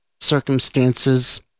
circumstances